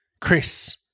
Chris